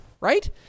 right